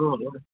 अ